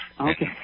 Okay